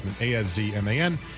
A-S-Z-M-A-N